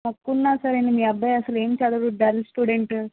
మొక్కున్నా సరే అండీ మీ అబ్బాయి అసలు ఏం చదవడు డల్ స్టూడెంట్